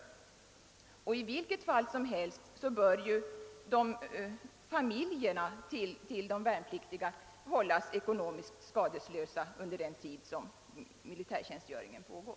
I vilket fall som helst bör de värnpliktigas familjer hållas ekonomiskt skadeslösa under den tid militärtjänstgöringen pågår.